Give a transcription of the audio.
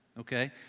okay